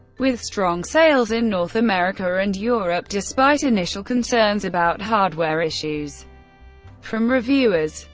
with strong sales in north america and europe, despite initial concerns about hardware issues from reviewers.